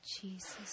Jesus